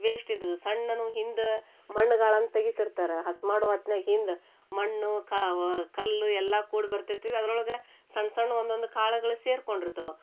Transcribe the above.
ವೇಸ್ಟಿದ್ದಿದು ಸಣ್ಣನೂ ಹಿಂದೆ ಮಣ್ ಗಾಳನ್ ತೆಗಿತಿರ್ತಾರೆ ಹಸ್ಮಾಡೊ ಹೊತ್ನ್ಯಾಗ ಹಿಂದ ಮಣ್ಣು ಕಲ್ಲು ಎಲ್ಲಾ ಕೂಡ ಬರ್ತಿತ್ವಿ ಅದ್ರೊಳಗೆ ಸಣ್ಣ ಸಣ್ಣ ಒಂದೊಂದು ಕಾಳುಗಳು ಸೇರ್ಕೊಂಡಿರ್ತಾವ